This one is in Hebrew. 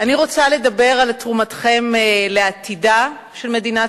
אני רוצה לדבר על תרומתכם לעתידה של מדינת